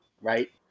right